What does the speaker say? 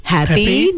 Happy